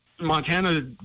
Montana